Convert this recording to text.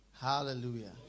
Hallelujah